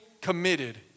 committed